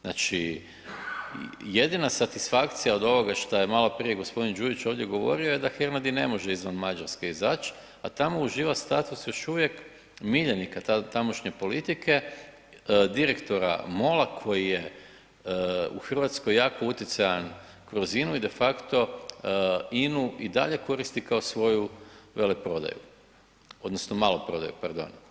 Znači, jedina satisfakcija od ovoga što je maloprije g. Đujić ovdje govorio je da Hernadi ne može izvan Mađarske izaći, a tamo uživa status još uvijek miljenika tamošnje politike, direktora MOL-a koji je u Hrvatskoj jako utjecajan kroz INA-u i de facto INA-u i dalje koristi kao svoju veleprodaju, odnosno maloprodaju, pardon.